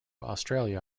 australia